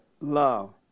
love